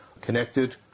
connected